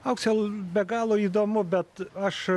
aukse be galo įdomu bet aš